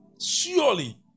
Surely